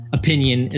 opinion